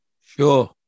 Sure